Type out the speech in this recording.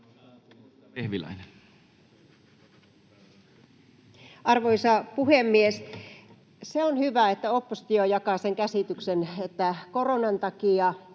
Arvoisa puhemies! Se on hyvä, että oppositio jakaa sen käsityksen, että koronan takia,